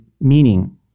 meaning